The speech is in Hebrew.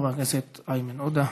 חבר הכנסת איימן עודה.